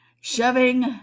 shoving